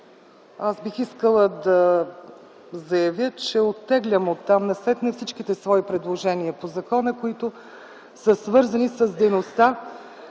бих искала да заявя, че оттеглям оттам насетне всичките свои предложения по закона, които са свързани с дейността,